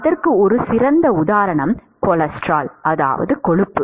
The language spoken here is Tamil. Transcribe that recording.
அதற்கு ஒரு சிறந்த உதாரணம் கொலஸ்ட்ரால் கொழுப்பு